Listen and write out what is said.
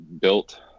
built